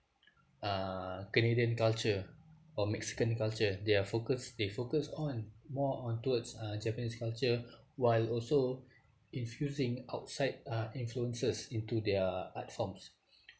uh canadian culture or mexican culture they are focused they focused on more on towards uh japanese culture while also infusing outside uh influences into their art forms